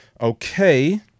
okay